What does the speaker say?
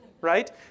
Right